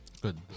Good